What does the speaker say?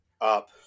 up